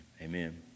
Amen